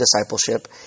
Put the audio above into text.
discipleship